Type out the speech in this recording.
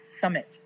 Summit